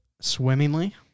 swimmingly